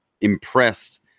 impressed